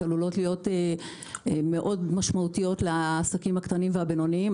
ועלולות להיות מאוד משמעותיות לעסקים הקטנים והבינוניים.